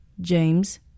James